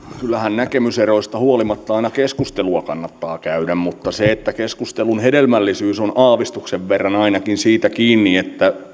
kyllähän näkemyseroista huolimatta aina keskustelua kannattaa käydä mutta keskustelun hedelmällisyys on on aavistuksen verran ainakin siitä kiinni